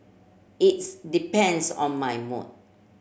its depends on my mood